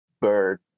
bird